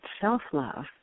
self-love